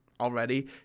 already